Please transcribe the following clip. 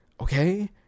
Okay